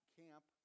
camp